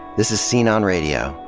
this is scene on radio.